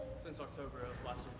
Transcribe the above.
since october of last